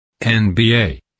NBA